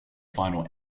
final